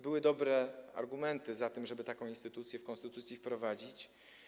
Były dobre argumenty za tym, żeby taką instytucję w konstytucji wprowadzić.